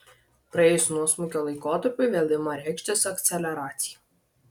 praėjus nuosmukio laikotarpiui vėl ima reikštis akceleracija